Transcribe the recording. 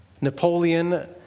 Napoleon